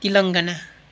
Telangana